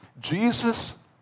Jesus